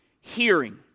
hearing